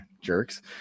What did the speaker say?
jerks